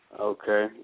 Okay